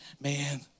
Man